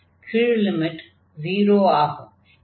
கீழ் லிமிட் 0 ஆகும்